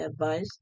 advice